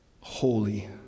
holy